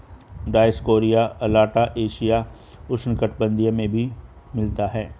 Dioscorea alata एशियाई उष्णकटिबंधीय में मिलता है